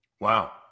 Wow